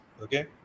okay